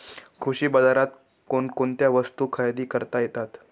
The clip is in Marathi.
कृषी बाजारात कोणकोणत्या वस्तू खरेदी करता येतात